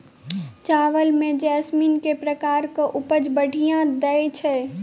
चावल म जैसमिन केँ प्रकार कऽ उपज बढ़िया दैय छै?